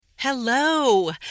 Hello